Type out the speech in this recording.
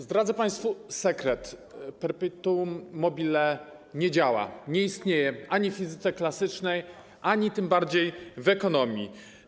Zdradzę państwu sekret: perpetuum mobile nie działa, nie istnieje ani w fizyce klasycznej, ani tym bardziej w ekonomii.